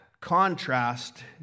contrast